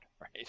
right